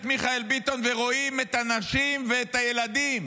מיכאל ביטון ורואים את הנשים ואת הילדים